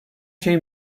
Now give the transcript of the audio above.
şey